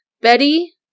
Betty